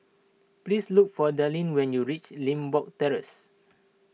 please look for Darlene when you reach Limbok Terrace